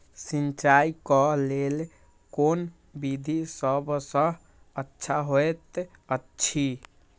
सिंचाई क लेल कोन विधि सबसँ अच्छा होयत अछि?